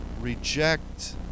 reject